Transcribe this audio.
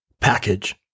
Package